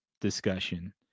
discussion